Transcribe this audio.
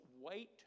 wait